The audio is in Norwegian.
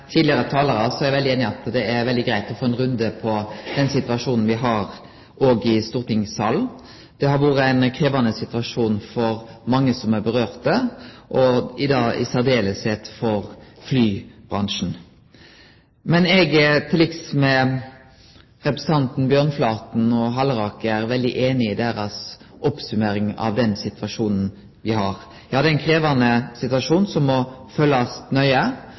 tidlegare talarar meiner eg at det er veldig greitt å få ein runde på den situasjonen me har, også i stortingssalen. Det har vore ein krevjande situasjon for mange som er råka, og særleg for flybransjen. Eg er einig i den oppsummeringa som representantane Bjørnflaten og Halleraker har gitt av situasjonen. Ja, det er ein krevjande situasjon som må følgjast nøye.